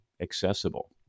accessible